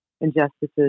injustices